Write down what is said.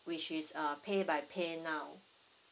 which is uh pay by paynow